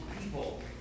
people